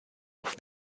off